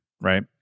right